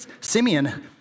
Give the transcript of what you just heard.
Simeon